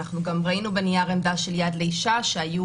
אנחנו גם ראינו בנייר עמדה של 'יד לאישה' שהיו